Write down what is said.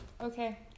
okay